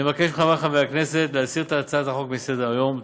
אני מבקש מחברי חברי הכנסת להסיר את הצעת החוק מסדר-היום.